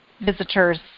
visitors